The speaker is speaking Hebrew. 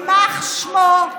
יימח שמו,